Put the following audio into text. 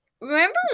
Remember